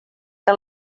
que